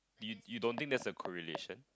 you you don't think that's a correlation